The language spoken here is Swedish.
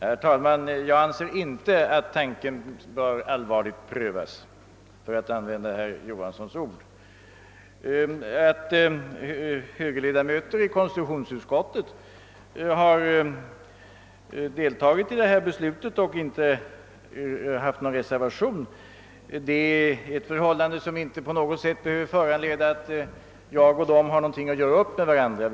Herr talman! Jag anser inte, för att använda herr Johanssons i Trollhättan ord, att denna tanke allvarligt bör prövas. Att högerledamöter i konstitutionsutskottet har deltagit i beslutet och inte alla anmält någon reservation är ett förhållande som inte på något sätt behöver föranleda att jag och de skulle ha något att göra upp med varandra om.